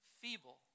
feeble